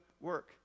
work